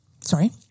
sorry